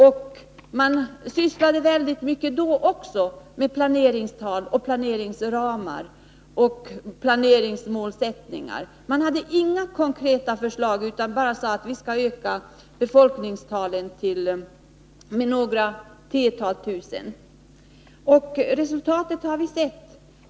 Den sysslade då också väldigt mycket med planeringstal, planeringsramar och planeringsmålsättningar, men man hade inga konkreta förslag att komma med utan sade bara att vi skulle öka befolkningstalen med några tiotal tusen. Resultatet har vi sett.